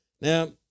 Now